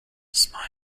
smiled